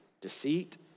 deceit